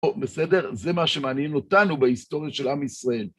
בסדר? זה מה שמעניין אותנו בהיסטוריה של עם ישראל.